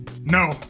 No